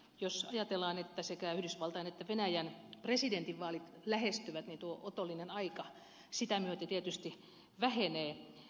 jos ajatellaan että sekä yhdysvaltain että venäjän presidentinvaalit lähestyvät niin tuo otollinen aika sitä myötä tietysti vähenee